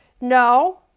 no